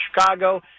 Chicago